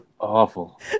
awful